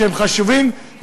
שהם חשובים,